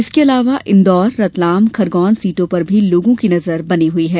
इसके अलावा इन्दौर रतलाम खरगोन सीटों पर भी लोगों की नजर बनी हई है